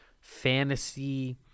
fantasy